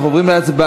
אנחנו עוברים להצבעה.